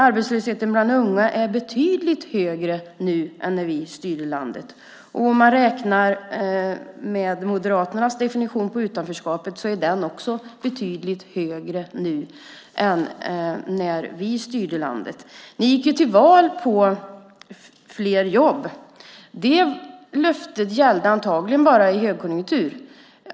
Arbetslösheten bland unga är betydligt högre nu än när vi styrde landet. Om man räknar med Moderaternas definition på utanförskapet är också det betydligt större nu än när vi styrde landet. Ni gick till val på fler jobb. Det löftet gällde förmodligen bara i högkonjunktur.